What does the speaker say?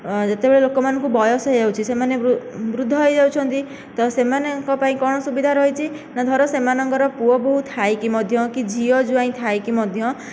ଯେତେବେଳେ ଲୋକମାନଙ୍କୁ ବୟସ ହେଉଛି ସେମାନେ ବୃଦ୍ଧ ହେଇଯାଉଛନ୍ତି ତ ସେମାନଙ୍କ ପାଇଁ କ'ଣ ସୁବିଧା ରହିଛି ତ ଧର ସେମାନଙ୍କର ପୁଅ ବୋହୁ ଥାଇକି ମଧ୍ୟ କି ଝିଅ ଜ୍ୱାଇଁ ଥାଇକି ମଧ୍ୟ